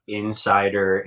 insider